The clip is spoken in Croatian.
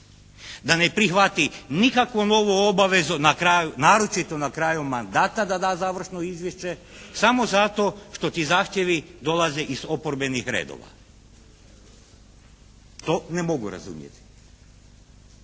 da ne prihvati nikakvu novu obavezu naročito na kraju mandata da da završno izvješće samo zato što ti zahtjevi dolaze iz oporbenih redova. To ne mogu razumijeti.